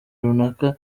runaka